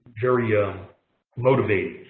very ah motivating.